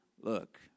look